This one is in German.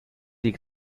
die